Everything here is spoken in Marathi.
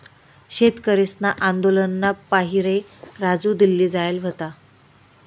शेतकरीसना आंदोलनना पाहिरे राजू दिल्ली जायेल व्हता